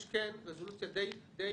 יש רזולוציה די